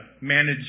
manage